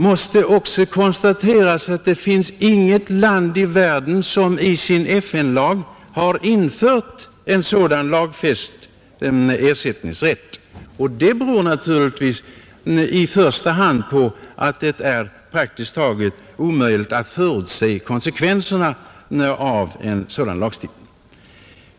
Man kan också konstatera att inget land i världen i sin FN-lag har infört en sådan lagfäst ersättningsrätt. Detta beror naturligtvis i första hand på att det är praktiskt taget omöjligt att förutse konsekvenserna av sådan lagstiftning.